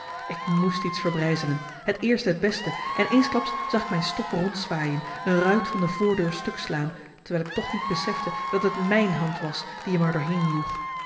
ik moest iets verbrijzelen het eerste het beste en eensklaps zag ik mijn stok rondzwaaien een ruit van de voordeur stuk slaan terwijl ik toch niet besefte dat het mijn hand was die m er doorheen joeg